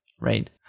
right